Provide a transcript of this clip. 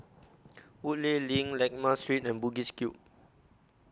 Woodleigh LINK Lakme Street and Bugis Cube